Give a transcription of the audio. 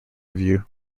review